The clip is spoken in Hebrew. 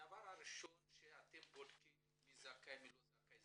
הדבר הראשון שאתם בודקים מי זכאי ומי לא זכאי,